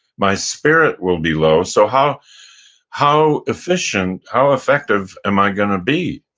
my spirit will be low. so how how efficient, how effective am i going to be?